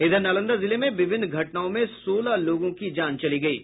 इधर नालंदा जिले में विभिन्न घटनाओं में सोलह लोगों की जान चली गयी